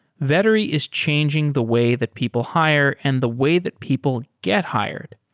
vettery is changing the way that people hire and the way that people get hired.